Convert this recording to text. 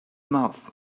mouth